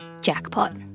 jackpot